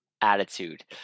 attitude